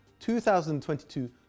2022